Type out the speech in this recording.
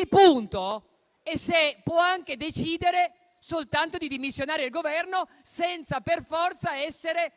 Il punto è se possa anche decidere soltanto di dimissionare il Governo, senza per forza essere...